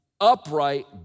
upright